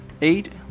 eight